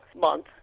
month